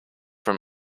from